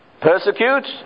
persecute